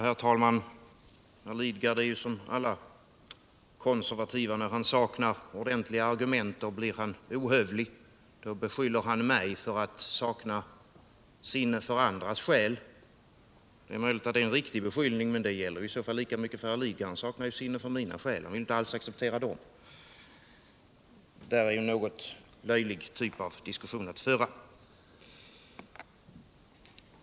Herr talman! Herr Lidgard är ju som alla konservativa. När han saknar ordentliga argument, blir han ohövlig. Då beskyller han mig för att sakna sinne för andras skäl. Det är möjligt att det är en riktig beskyllning, men den gäller i så fall lika mycket för herr Lidgard. Han saknar ju sinne för mina skäl och vill inte alls acceptera dem. Den typ av diskussion vi då för blir något löjlig.